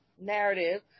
narrative